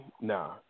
nah